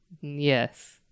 Yes